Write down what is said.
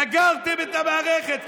סגרתם את המערכת,